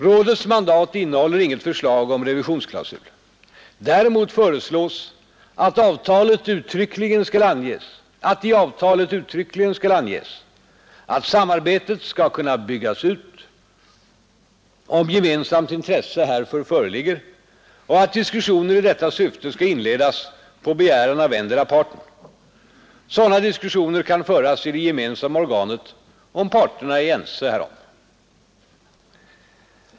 Rådets mandat innehåller inget förslag om revisionsklausul. Däremot föreslås att i avtalet uttryckligen skall anges att samarbetet skall kunna byggas ut om gemensamt intresse härför föreligger och att diskussioner i detta syfte skall inledas på begäran av endera parten. Sådana diskussioner kan föras i det gemensamma organet om parterna är ense härom.